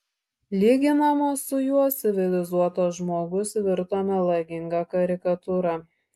lyginamas su juo civilizuotas žmogus virto melaginga karikatūra